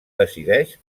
decideix